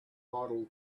models